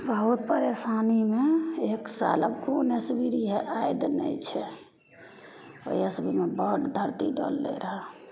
बहुत परेशानीमे एक साल आब कोन इस्वी रहय याद नहि छै ओइ इस्वीमे बड धरती डोललय रऽ